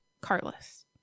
Carlos